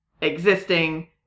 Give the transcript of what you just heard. existing